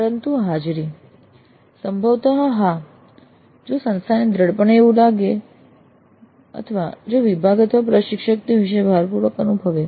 પરંતુ હાજરી સંભવતઃ હા જો સંસ્થાને દ્રઢપણે એવું લાગે અથવા જો વિભાગ અથવા પ્રશિક્ષક તે વિશે ભારપૂર્વક અનુભવે